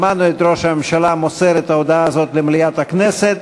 שמענו את ראש הממשלה מוסר את ההודעה הזאת למליאת הכנסת,